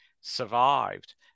survived